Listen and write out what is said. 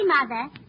Mother